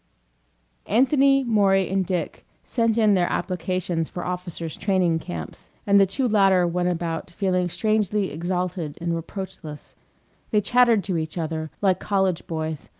anthony, maury, and dick sent in their applications for officers' training-camps and the two latter went about feeling strangely exalted and reproachless they chattered to each other, like college boys,